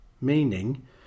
meaning